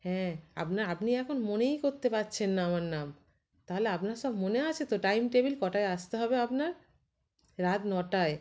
হ্যাঁ আপনার আপনি এখন মনেই করতে পাচ্ছেন না আমার নাম তাহলে আপনার সব মনে আছে তো টাইম টেবিল কটায় আসতে হবে আপনার রাত নটায়